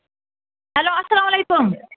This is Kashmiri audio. ہیٚلو اَسلام علیکُم